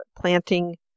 planting